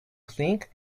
think